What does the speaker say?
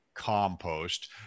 compost